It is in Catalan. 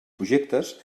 projectes